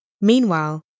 Meanwhile